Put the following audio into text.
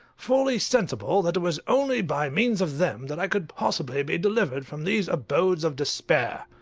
fully sensible that it was only by means of them that i could possibly be delivered from these abodes of despair.